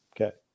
Okay